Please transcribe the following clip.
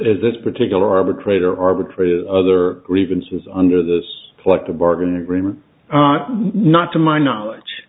is this particular arbitrator arbitrary other grievances under this collective bargain agreement not to my knowledge